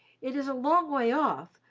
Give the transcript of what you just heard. it is a long way off,